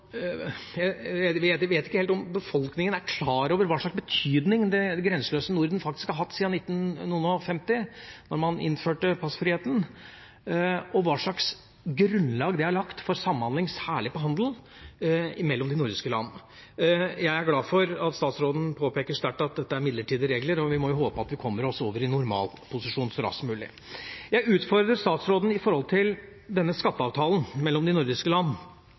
klar over hva slags betydning det grenseløse Norden har hatt siden nitten-noen-og-femti, da man innførte passfriheten, og hva slags grunnlag det har lagt for samhandling særlig på handel mellom de nordiske land. Jeg er glad for at statsråden påpeker sterkt at dette er midlertidige regler. Vi må jo håpe at vi kommer oss over i normalposisjon så raskt som mulig. Jeg utfordret statsråden når det gjelder skatteavtalen mellom de nordiske land.